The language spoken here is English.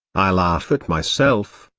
i laugh at myself.